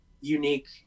unique